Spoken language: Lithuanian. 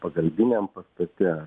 pagalbiniam pastate